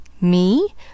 Me